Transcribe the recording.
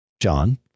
John